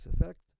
effect